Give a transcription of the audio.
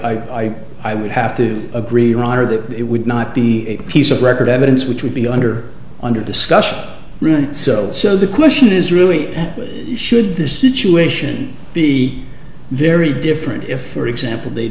don't i i would have to agree roger that it would not be a piece of record evidence which would be under under discussion so so the question is really should this situation be very different if for example they